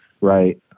Right